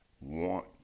want